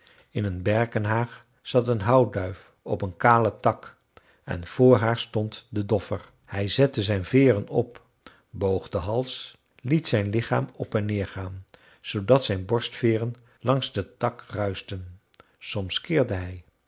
in een berkenhaag zat een houtduif op een kalen tak en voor haar stond de doffer hij zette zijn veeren op boog den hals liet zijn lichaam op en neer gaan zoodat zijn borstveeren langs den tak ruischten soms kirde hij